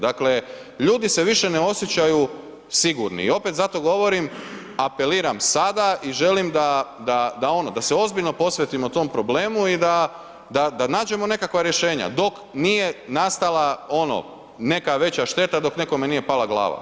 Dakle ljudi se više ne osjećaju sigurni i opet zato govorim, apeliram sada i želim da se ozbiljno posvetimo tom problemu i da nađemo nekakva rješenja dok nije nastala ono neka veća šteta, dok nekome nije pala glava.